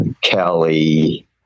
Kelly